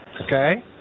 Okay